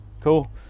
Cool